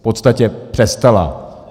V podstatě přestala.